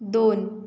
दोन